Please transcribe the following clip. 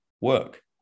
work